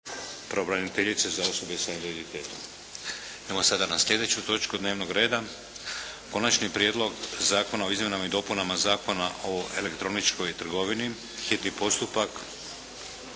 Vladimir (HDZ)** Idemo sada na slijedeću točku dnevnoga reda - Konačni prijedlog zakona o izmjenama i dopunama Zakona o elektroničkoj trgovini, hitni postupak,